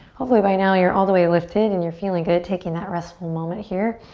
hopefully by now you're all the way lifted and you're feeling good. taking that restful moment here.